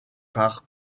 par